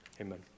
Amen